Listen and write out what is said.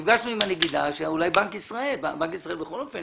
נפגשנו עם הנגידה כדי שאולי בנק ישראל כי בכל אופן